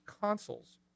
consoles